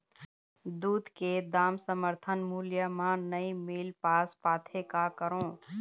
दूध के दाम समर्थन मूल्य म नई मील पास पाथे, का करों?